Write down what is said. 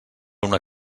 una